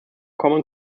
common